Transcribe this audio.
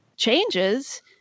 changes